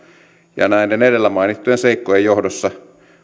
näiden edellä mainittujen seikkojen johdosta